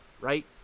right